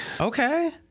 Okay